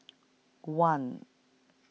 one